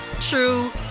true